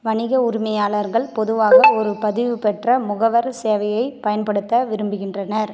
வணிக உரிமையாளர்கள் பொதுவாக ஒரு பதிவுபெற்ற முகவர் சேவையை பயன்படுத்த விரும்புகின்றனர்